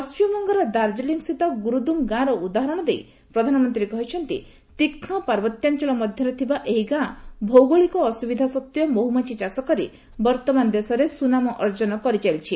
ପଣ୍ଟିମବଙ୍ଗର ଦାର୍କଲିଂ ସ୍ଥିତ ଗୁର୍ଦୁଙ୍ଗ୍ ଗାଁର ଉଦାହରଣ ଦେଇ ପ୍ରଧାନମନ୍ତ୍ରୀ କହିଛନ୍ତି ତୀକ୍ଷ୍ଣ ପାର୍ବତ୍ୟାଞ୍ଚଳ ମଧ୍ୟରେ ଥିବା ଏହି ଗାଁ ଭୌଗୋଳିକ ଅସୁବିଧା ସତ୍ତ୍ୱେ ମହ୍ରମାଛି ଚାଷ କରି ବର୍ତ୍ତମାନ ଦେଶରେ ସୁନାମ ଅର୍ଜନ କରିଚାଲିଛି